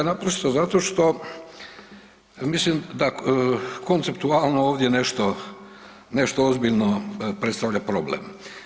Naprosto zato što mislim da konceptualno ovdje nešto, nešto ozbiljno predstavlja problem.